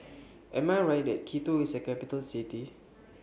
Am I Right that Quito IS A Capital City